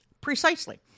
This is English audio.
Precisely